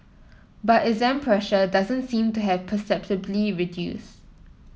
but exam pressure doesn't seem to have perceptibly reduced